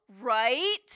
Right